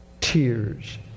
tears